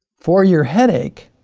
for your headache,